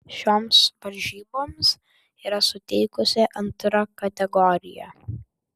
šioms varžyboms yra suteikusi antrą kategoriją